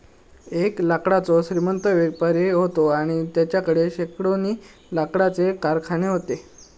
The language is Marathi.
एक लाकडाचो श्रीमंत व्यापारी व्हतो आणि तेच्याकडे शेकडोनी लाकडाचे कारखाने व्हते